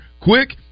quick